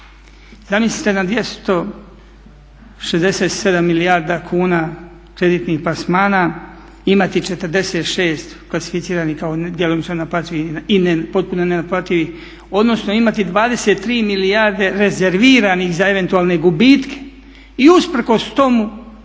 Zamislite na 267 milijarda kuna kreditnih plasmana imati 46 klasificiranih kao djelomično naplativi i potpuno nenaplativi, odnosno imati 23 milijarde rezerviranih za eventualne gubitke i usprkos tomu